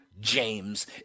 James